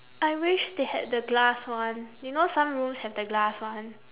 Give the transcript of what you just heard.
I wish they had the glass one you know some rooms have the glass one